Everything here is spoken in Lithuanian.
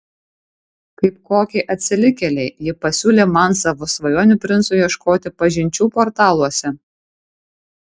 kaip kokiai atsilikėlei ji pasiūlė man savo svajonių princo ieškoti pažinčių portaluose